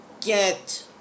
get